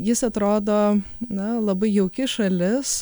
jis atrodo na labai jauki šalis